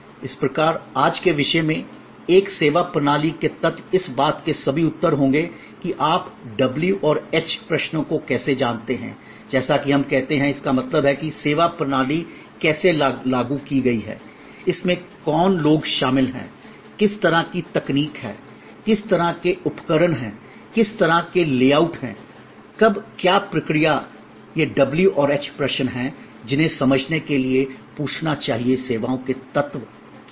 इस प्रकार आज के विषय मे एक सेवा प्रणाली के तत्व इस बात के सभी उत्तर होंगे कि आप w और h प्रश्नों को कैसे जानते हैं जैसा कि हम कहते हैं इसका मतलब है कि सेवा प्रणाली कैसे लागू की गई है इसमें कौन लोग शामिल हैं किस तरह की तकनीक है किस तरह के उपकरण हैं किस तरह के लेआउट हैं कब क्या प्रक्रिया है ये w और h प्रश्न हैं जिन्हें समझने के लिए पूछना चाहिए सेवाओं के तत्व क्या हैं